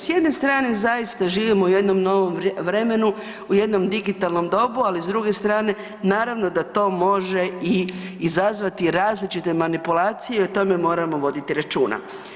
S jedne strane zaista živimo u jednom novom vremenu, u jednom digitalnom dobu ali s druge strane, naravno da to može i izazvati različite manipulacije i o tome moramo voditi računa.